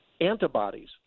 antibodies